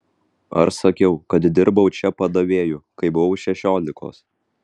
ar sakiau kad dirbau čia padavėju kai buvau šešiolikos